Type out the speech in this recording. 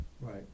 Right